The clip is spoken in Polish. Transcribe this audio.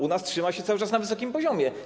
U nas trzyma się cały czas na wysokim poziomie.